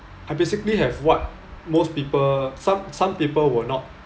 I basically have what most people some some people will not